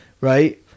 right